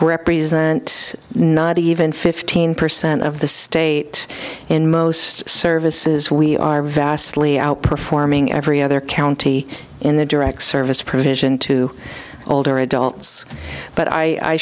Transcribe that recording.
represent not even fifteen percent of the state in most services we are vastly outperforming every other county in the direct service provision to older adults but i